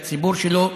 לציבור שלו,